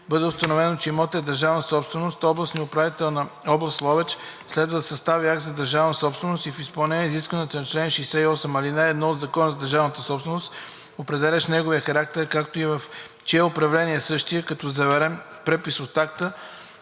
бъде установено, че имотът е държавна собственост, то областният управител на област Ловеч следва да състави Акт за държавна собственост, в изпълнение изискването на чл. 68, ал. 1 от Закона за държавната собственост, определящ неговия характер, както и в чие управление е същият, като заверен препис от акта